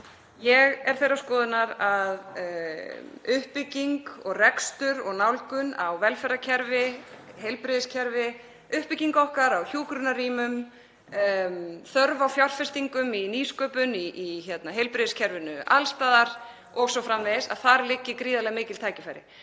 Ég er þeirrar skoðunar að uppbygging og rekstur og nálgun á velferðarkerfi, heilbrigðiskerfi, uppbygging okkar á hjúkrunarrýmum, þörf á fjárfestingum í nýsköpun, í heilbrigðiskerfinu alls staðar o.s.frv. — að þar liggi gríðarlega mikil tækifæri.